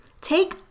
Take